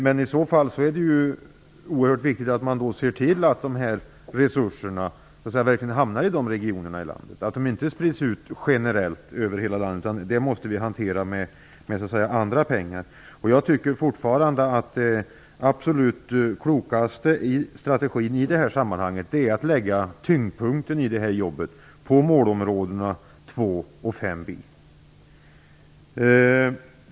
Men i så fall är det oerhört viktigt att vi ser till att dessa resurser verkligen hamnar i de regionerna i landet och inte sprids ut generellt över hela landet. Jag tycker fortfarande att den absolut klokaste strategin i det här sammanhanget är att lägga tyngdpunkten i det här jobbet på målområdena 2 och 5b.